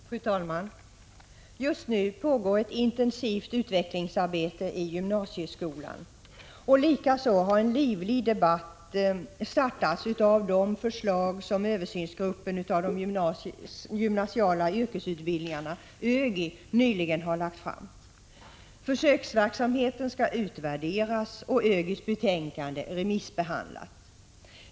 Fru talman! Just nu pågår ett intensivt utvecklingsarbete i gymnasieskolan. Likaså har en livlig debatt startats om de förslag som av Översynsgruppen av gymnasiala yrkesutbildningar nyligen lagt fram. Försöksverksamheten skall utvärderas och ÖGY:s betänkande remissbehandlas.